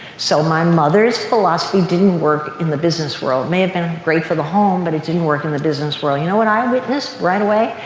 so my mother's philosophy didn't work in the business world. it may have been great for the home but it didn't work in the business world. you know what i witnessed right away?